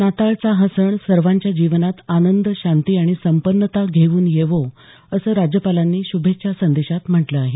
नाताळचा हा सण सर्वांच्या जीवनात आनंद शांती आणि संपन्नता घेऊन येवो असं राज्यपालांनी श्भेच्छा संदेशात म्हटलं आहे